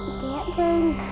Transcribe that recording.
dancing